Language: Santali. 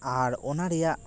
ᱟᱨ ᱚᱱᱟ ᱨᱮᱭᱟᱜ